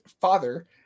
father